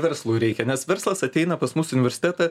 verslui reikia nes verslas ateina pas mus į universitetą